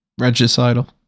Regicidal